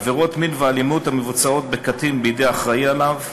עבירות מין ואלימות המבוצעות בקטין בידי האחראי לו,